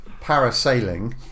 parasailing